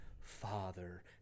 Father